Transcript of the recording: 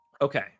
Okay